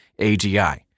AGI